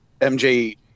MJ